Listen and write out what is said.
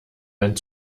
ein